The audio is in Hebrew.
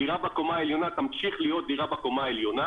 הדירה בקומה העליונה תמשיך להיות דירה בקומה העליונה.